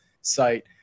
site